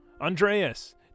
Andreas